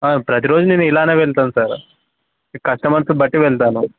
ప్రతి రోజు నేను ఇలానే వెళ్తాను సార్ కస్టమర్స్ బట్టి వెళ్తాను